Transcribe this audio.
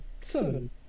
Seven